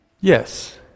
Yes